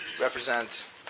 represent